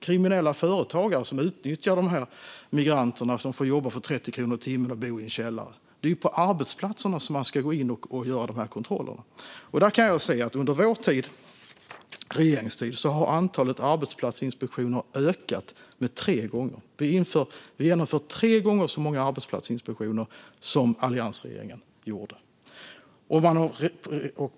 Kriminella företagare utnyttjar migranter som får jobba för 30 kronor i timmen och bo i en källare. Det är på arbetsplatserna som man ska gå in och göra kontrollerna. Jag kan se att antalet arbetsplatsinspektioner har ökat med tre gånger under vår regeringstid. Det genomförs nu tre gånger så många arbetsplatsinspektioner som under alliansregeringens tid.